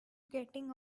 getting